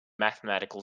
mathematical